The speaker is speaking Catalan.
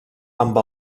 amb